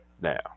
now